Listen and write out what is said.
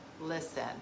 listen